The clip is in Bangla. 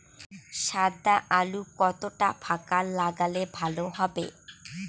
সাদা আলু কতটা ফাকা লাগলে ভালো হবে?